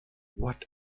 what